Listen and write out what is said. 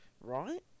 Right